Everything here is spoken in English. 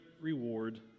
reward